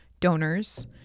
donors